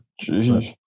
Jesus